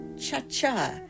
cha-cha